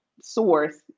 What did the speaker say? source